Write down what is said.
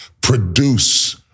produce